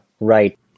right